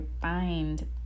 find